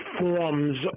forms